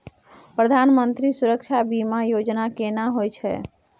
प्रधानमंत्री सुरक्षा बीमा योजना केना होय छै?